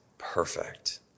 perfect